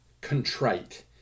Contrite